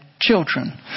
Children